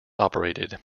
operated